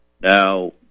Now